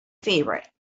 favorite